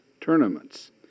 tournaments